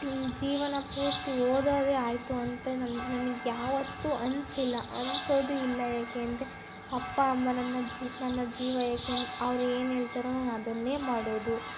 ಜೀವನ ಪೂರ್ತಿ ಓದೋದೇ ಆಯಿತು ಅಂತ ನನ್ ನನಗೆ ಯಾವತ್ತೂ ಅನಿಸಿಲ್ಲ ಅನಿಸೋದೂ ಇಲ್ಲ ಏಕೆಂದರೆ ಅಪ್ಪ ಅಮ್ಮ ನನ್ನ ಜೀ ನನ್ನ ಜೀವ ಏಕೆಂದ್ ಅವರು ಏನು ಹೇಳ್ತಾರೋ ನಾನು ಅದನ್ನೇ ಮಾಡೋದು